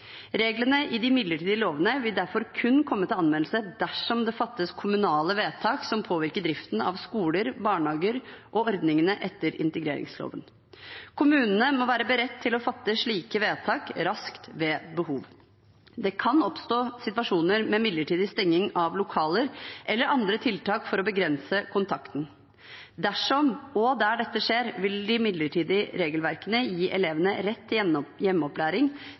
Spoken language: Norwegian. Reglene i de midlertidige lovene vil derfor kun komme til anvendelse dersom det fattes kommunale vedtak som påvirker driften av skoler, barnehager og ordningene etter integreringsloven. Kommunene må være beredt til å fatte slike vedtak raskt ved behov. Det kan oppstå situasjoner med midlertidig stengning av lokaler eller andre tiltak for å begrense kontakten. Der dette skjer, vil de midlertidige regelverkene gi elevene rett til hjemmeopplæring